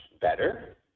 better